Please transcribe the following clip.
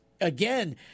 Again